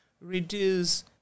reduce